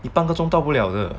你半个钟到不了的